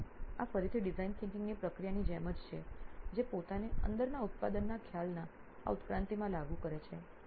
તો આ ફરીથી ડિઝાઇન થીંકીંગ ની પ્રક્રિયા ની જેમ જ છે જે પોતાને અંદરના ઉત્પાદનના ખ્યાલના આ ઉત્ક્રાંતિમાં લાગુ કરે છે